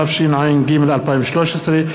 התשע"ג 2013,